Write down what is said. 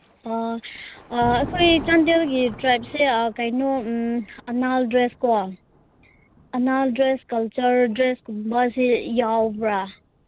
ꯑꯥ ꯑꯥ ꯑꯩꯈꯣꯏ ꯆꯥꯟꯗꯦꯜꯒꯤ ꯇ꯭ꯔꯥꯏꯞꯁꯦ ꯀꯩꯅꯣ ꯑꯅꯥꯜ ꯗ꯭ꯔꯦꯁꯀꯣ ꯑꯅꯥꯜ ꯗ꯭ꯔꯦꯁ ꯀꯜꯆꯔ ꯗ꯭ꯔꯦꯁꯀꯨꯝꯕꯁꯤ ꯌꯥꯎꯕ꯭ꯔꯥ